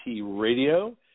radio